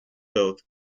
filth